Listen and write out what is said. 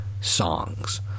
songs